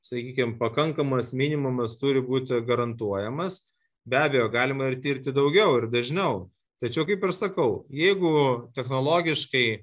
sakykim pakankamas minimumas turi būti garantuojamas be abejo galima ir tirti daugiau ir dažniau tačiau kaip ir sakau jeigu technologiškai